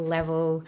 Level